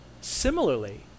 Similarly